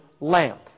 Lamp